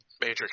major